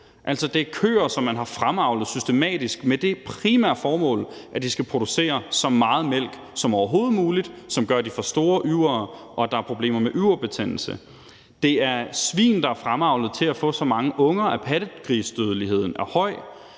Det er køer, som man har fremavlet systematisk med det primære formål, at de skal producere så meget mælk som overhovedet muligt, som gør, at de får store yvere, og at der er problemer med yverbetændelse. Det er svin, som er fremavlet til at få så mange unger, at pattegrisedødeligheden er høj.